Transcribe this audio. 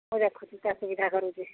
ମୁଁ ଦେଖୁଛି ସେ ସୁବିଧା କରୁଛି